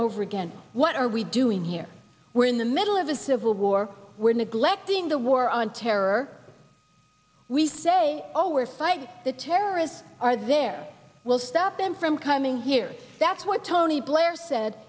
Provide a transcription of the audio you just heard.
over again what are we doing here we're in the middle of a civil war we're neglecting the war on terror we've said oh we're fighting the terrorists are there we'll stop them from coming here that's what tony blair said